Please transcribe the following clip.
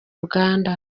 uganda